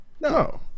No